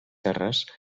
terres